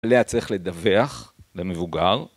להצליח לדווח למבוגר.